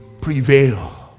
prevail